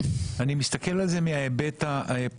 אני רק מסתכל על זה מההיבט הפרקטי.